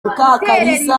mukakalisa